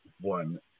one